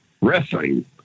wrestling